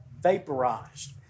vaporized